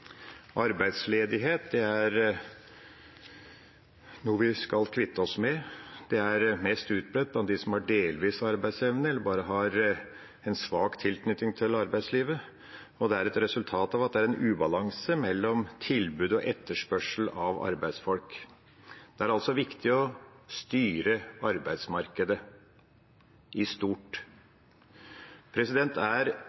Arbeidsledighet er noe vi skal kvitte oss med. Det er mest utbredt blant dem som har delvis arbeidsevne, eller bare har en svak tilknytning til arbeidslivet, og det er et resultat av at det er en ubalanse mellom tilbud og etterspørsel med hensyn til arbeidsfolk. Det er altså viktig å styre arbeidsmarkedet i stort. Er